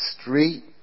street